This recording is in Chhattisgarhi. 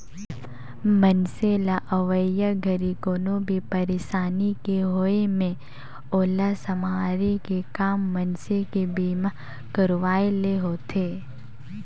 मइनसे ल अवइया घरी कोनो भी परसानी के होये मे ओला सम्हारे के काम मइनसे के बीमा करवाये ले होथे